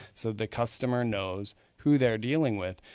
so the customer knows who they're dealing with.